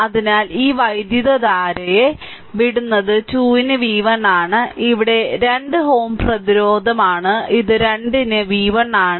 അതിനാൽ ഈ വൈദ്യുതധാര ഈ വൈദ്യുതധാരയെ വിടുന്നത് 2 ന് v1 ആണ് ഇത് 2 Ω പ്രതിരോധമാണ് ഇത് 2 ന് v1 ആണ്